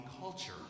culture